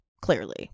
Clearly